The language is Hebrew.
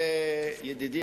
ידידי,